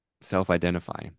self-identify